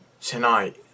tonight